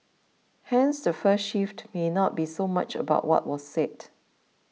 hence the first shift may be not so much about what was said